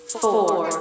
four